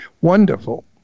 wonderful